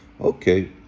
okay